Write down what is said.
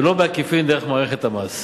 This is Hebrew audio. ולא בעקיפין דרך מערכת המס.